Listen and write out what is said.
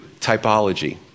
Typology